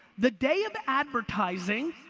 the day of advertising,